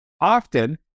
Often